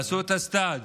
עשו את הסטז',